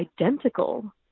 identical